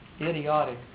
idiotic